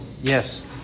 Yes